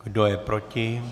Kdo je proti?